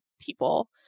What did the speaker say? people